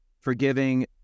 forgiving